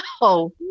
no